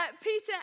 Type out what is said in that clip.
Peter